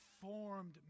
formed